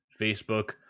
Facebook